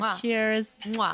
cheers